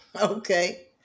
okay